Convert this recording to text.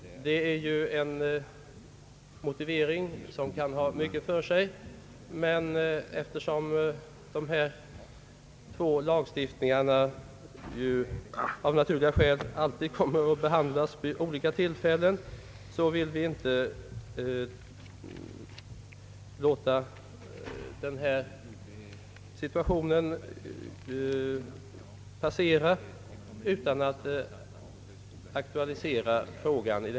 Den motiveringen kan ha mycket för sig, men eftersom dessa två lagstiftningar av naturliga skäl alltid kommer att behandlas vid olika tillfällen, vill vi inte låta denna situation passera utan att aktualisera frågan.